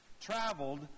traveled